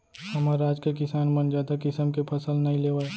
हमर राज के किसान मन जादा किसम के फसल नइ लेवय